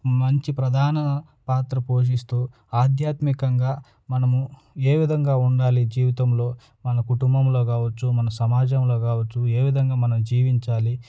మంచి ప్రధాన పాత్ర పోషిస్తూ ఆధ్యాత్మికంగా మనము ఏ విధంగా ఉండాలి జీవితంలో మన కుటుంబంలో కావచ్చు మన సమాజంలో కావచ్చు ఏ విధంగా మనం జీవించాలి